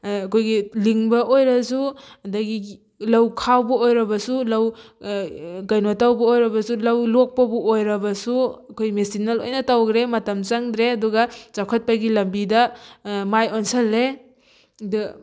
ꯑꯩꯈꯣꯏꯒꯤ ꯂꯤꯡꯕ ꯑꯣꯏꯔꯁꯨ ꯑꯗꯒꯤ ꯂꯧ ꯈꯥꯎꯕ ꯑꯣꯏꯔꯕꯁꯨ ꯂꯧ ꯀꯩꯅꯣ ꯇꯧꯕ ꯑꯣꯏꯔꯕꯁꯨ ꯂꯧ ꯂꯣꯛꯄꯕꯨ ꯑꯣꯏꯔꯕꯁꯨ ꯑꯩꯈꯣꯏ ꯃꯦꯆꯤꯟꯅ ꯂꯣꯏꯅ ꯇꯧꯈ꯭ꯔꯦ ꯃꯇꯝ ꯆꯪꯗ꯭ꯔꯦ ꯑꯗꯨꯒ ꯆꯥꯎꯈꯠꯄꯒꯤ ꯂꯝꯕꯤꯗ ꯃꯥꯏ ꯑꯣꯟꯁꯜꯂꯦ ꯑꯗ